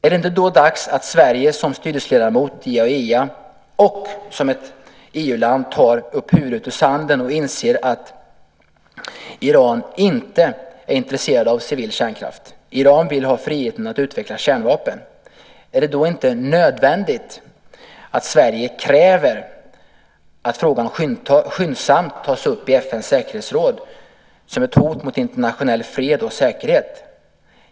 Är det då inte dags att Sverige som styrelseledamot i IAEA - och som ett EU-land - lyfter huvudet ur sanden och inser att Iran inte är intresserat av civil kärnkraft? Iran vill ha friheten att utveckla kärnvapen. Är det då inte nödvändigt att Sverige kräver att frågan skyndsamt tas upp i FN:s säkerhetsråd just som ett hot mot internationell fred och säkerhet?